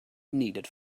needed